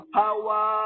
power